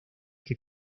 que